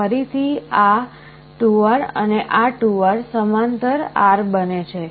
ફરીથી આ 2R અને આ 2R સમાંતર R બને છે